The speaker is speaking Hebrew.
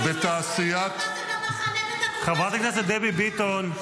בתעשיית ------ מחנה --- חברת הכנסת דבי ביטון.